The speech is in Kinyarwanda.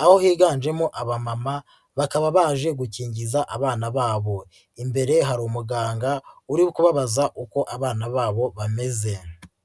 aho higanjemo abamama, bakaba baje gukingiza abana babo. Imbere hari umuganga, uri kubabaza uko abana babo bameze.